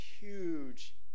huge